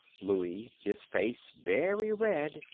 louie, his face very red,